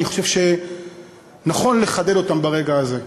אני חושב שנכון לחדד אותם ברגע הזה.